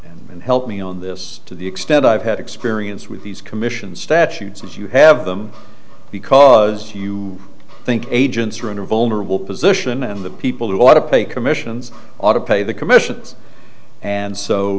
and help me on this to the extent i've had experience with these commissions statutes is you have them because you think agents are in a vulnerable position and the people who ought to pay commissions ought to pay the commissions and so